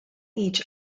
each